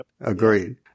Agreed